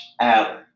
Allen